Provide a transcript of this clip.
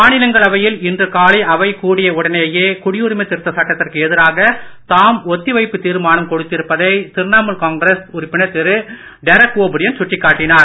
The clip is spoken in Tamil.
மாநிலங்களவையில் இன்று காலை அவை கூடிய உடனேயே குடியுரிமை திருத்த சட்டத்திற்கு எதிராக தாம் ஒத்தி வைப்பு தீர்மானம் கொடுத்திருப்பதை திரிணமுல் காங்கிரஸ் உறுப்பினர் திரு டெரக் ஓ பிரியன் சுட்டிக் காட்டினார்